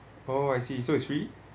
oh I see so it's free